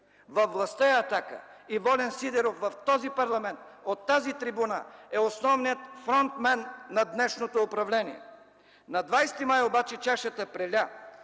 Във властта е „Атака” и Волен Сидеров в този парламент, от тази трибуна, е основният фронтмен на днешното управление! На 20 май обаче чашата преля!